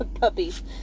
puppies